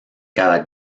cada